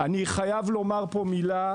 אני חייב לומר פה מילה,